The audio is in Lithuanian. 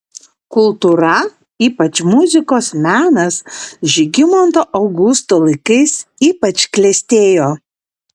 kultūra ypač muzikos menas žygimanto augusto laikais ypač klestėjo